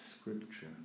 scripture